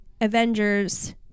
Avengers